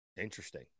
Interesting